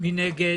מי נגד?